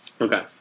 Okay